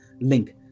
link